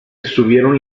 estuvieron